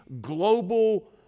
global